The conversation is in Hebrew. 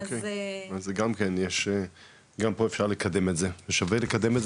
אז זה גם פה אפשר לקדם את זה ושווה לקדם,